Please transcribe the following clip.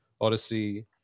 Odyssey